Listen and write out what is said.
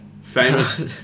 Famous